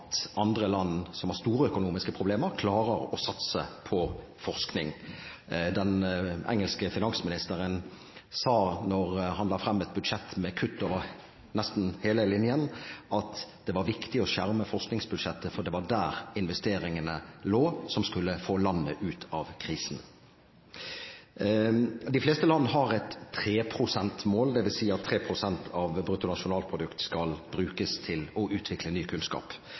andre land som har store økonomiske problemer, klarer å satse på forskning. Den engelske finansministeren sa da han la frem et budsjett med kutt over nesten hele linjen, at det var viktig å skjerme forskningsbudsjettet, for der lå investeringene som skulle få landet ut av krisen. De fleste land har et 3 pst.-mål, dvs. at 3 pst. av brutto nasjonalprodukt skal brukes til å utvikle ny kunnskap.